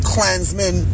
Klansmen